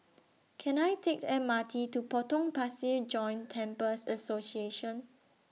Can I Take The M R T to Potong Pasir Joint Temples Association